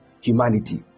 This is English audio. humanity